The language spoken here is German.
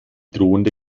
drohende